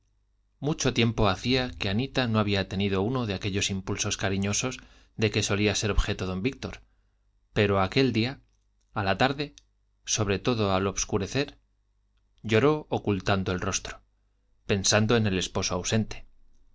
mucho tiempo hacía que anita no había tenido uno de aquellos impulsos cariñosos de que solía ser objeto don víctor pero aquel día a la tarde sobre todo al obscurecer lloró ocultando el rostro pensando en el esposo ausente